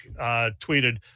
tweeted